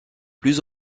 plus